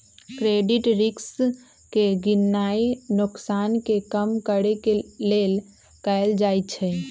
credit risk के गीणनाइ नोकसान के कम करेके लेल कएल जाइ छइ